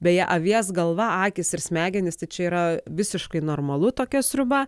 beje avies galva akys ir smegenys tai čia yra visiškai normalu tokia sriuba